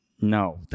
no